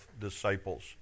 disciples